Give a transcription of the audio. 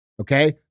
Okay